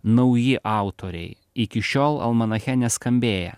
nauji autoriai iki šiol almanache neskambėję